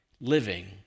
living